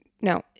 No